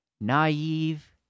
naive